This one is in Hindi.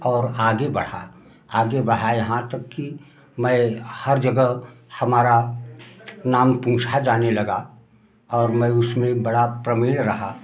और आगे बढ़ा आगे बढ़ाए हाथ की मैं हर जगह हमारा नाम पूछा जाने लगा और मैं उसमें बड़ा प्रवीण रहा